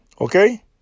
okay